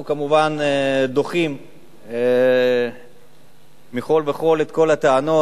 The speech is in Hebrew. אנחנו כמובן דוחים מכול וכול את כל הטענות.